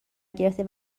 گرفته